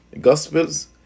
Gospels